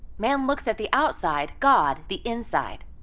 man looks at the outside, god the inside.